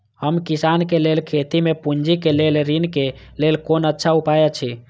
हम किसानके लेल खेती में पुंजी के लेल ऋण के लेल कोन अच्छा उपाय अछि?